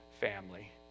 family